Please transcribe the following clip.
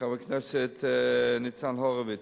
חבר הכנסת ניצן הורוביץ,